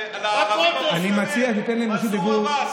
אני מציע שתיתן להם רשות דיבור.